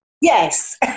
yes